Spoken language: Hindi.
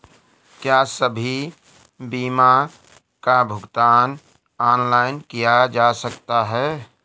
क्या सभी बीमा का भुगतान ऑनलाइन किया जा सकता है?